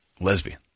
Lesbian